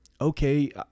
okay